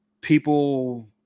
people